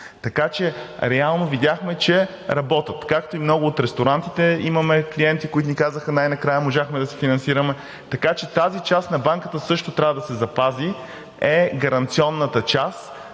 Така че реално видяхме, че работят. Както и много от ресторантите – имаме клиенти, които ни казаха: „Най-накрая можахме да се финансираме.“ Така че тази част на банката, също трябва да се запази, е гаранционната част